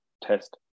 test